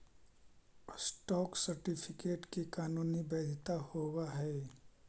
stock certificate के कानूनी वैधता होवऽ हइ